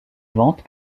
vente